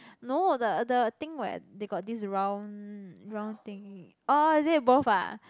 no the the thing where they got this round round thing orh is it both ah